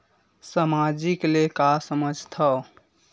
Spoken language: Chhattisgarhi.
सामाजिक ले का समझ थाव?